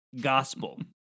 gospel